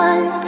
One